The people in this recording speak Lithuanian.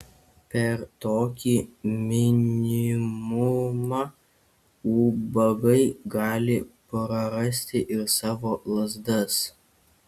per tokį minimumą ubagai gali prarasti ir savo lazdas